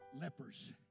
lepers